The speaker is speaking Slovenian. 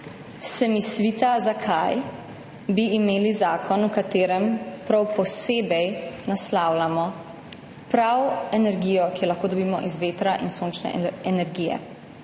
se mi svita, zakaj bi imeli zakon, v katerem prav posebej naslavljamo prav energijo, ki jo lahko dobimo iz vetra in sončne energije.